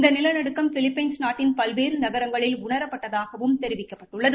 இந்த நிலநடுக்கம் பிலிப்பைன்ஸ் நாட்டின் பல்வேறு நகரங்களில் உணரப்பட்டதாகவும் தெரிவிக்கப்பட்டுள்ளது